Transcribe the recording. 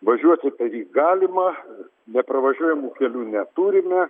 važiuoti per jį galima nepravažiuojamų kelių neturime